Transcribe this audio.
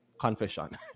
Confession